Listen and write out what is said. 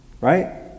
right